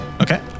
Okay